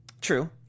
True